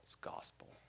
gospel